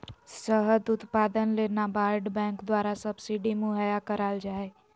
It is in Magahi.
शहद उत्पादन ले नाबार्ड बैंक द्वारा सब्सिडी मुहैया कराल जा हय